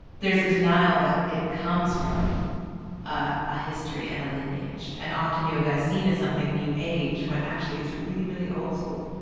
there's a denial that it comes from ah a history and a lineage and often yoga is seen as something new age, when actually it's really really old school.